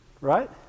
Right